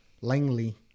Langley